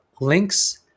links